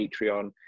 Patreon